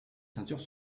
ceintures